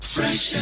Fresh